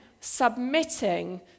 submitting